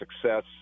success